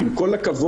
עם כל הכבוד,